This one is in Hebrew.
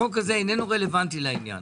החוק הזה איננו רלוונטי לעניין.